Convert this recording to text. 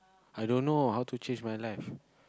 i don't know how to change my life